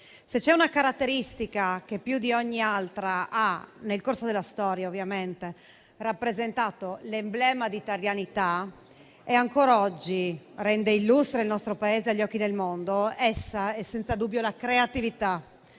se c'è una caratteristica che più di ogni altra nel corso della storia ha rappresentato l'emblema di italianità e ancora oggi rende illustre il nostro Paese agli occhi del mondo, essa è senza dubbio la creatività,